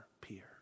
peer